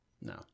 No